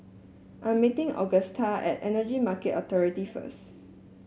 I'm meeting Augusta at Energy Market Authority first